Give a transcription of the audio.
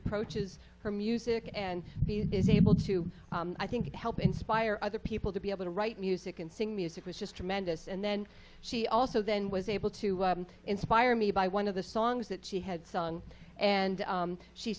approaches her music and is able to i think help inspire other people to be able to write music and sing music was just tremendous and then she also then was able to inspire me by one of the songs that she had sung and